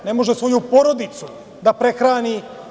Ne može svoju porodicu da prehrani.